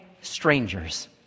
Strangers